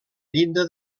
llinda